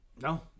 No